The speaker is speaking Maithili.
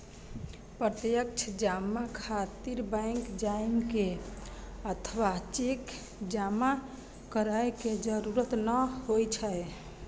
प्रत्यक्ष जमा खातिर बैंक जाइ के अथवा चेक जमा करै के जरूरत नै होइ छै